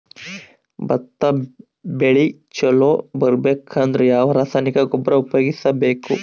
ಭತ್ತ ಬೆಳಿ ಚಲೋ ಬರಬೇಕು ಅಂದ್ರ ಯಾವ ರಾಸಾಯನಿಕ ಗೊಬ್ಬರ ಉಪಯೋಗಿಸ ಬೇಕು?